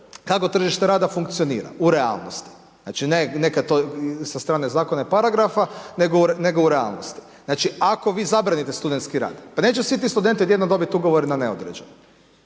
kako tržište rada funkcionira u realnosti. Znači, ne to sa strane zakona i paragrafa, nego u realnosti. Znači, ako vi zabranite studentski rad, pa neće svi ti studenti odjednom dobiti Ugovor na neodređeno.